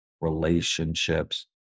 Relationships